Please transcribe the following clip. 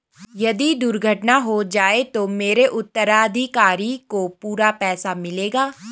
यदि दुर्घटना हो जाये तो मेरे उत्तराधिकारी को पूरा पैसा मिल जाएगा?